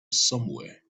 somewhere